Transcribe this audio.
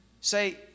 say